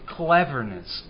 cleverness